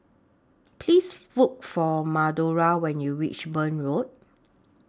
Please Look For Madora when YOU REACH Burn Road